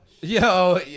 Yo